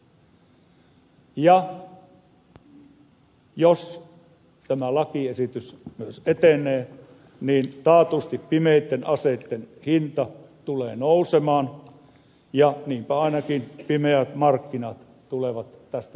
jos tämä lakiesitys myös etenee niin taatusti pimeitten aseitten hinta tulee nousemaan ja niinpä ainakin pimeät markkinat tulevat tästä lakiesityksestä hyötymään